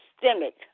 systemic